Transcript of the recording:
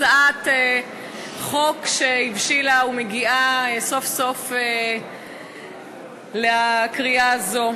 הצעת חוק שהבשילה ומגיעה סוף-סוף לקריאה הזאת.